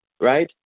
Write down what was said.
right